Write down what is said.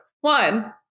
one